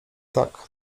tak